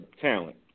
talent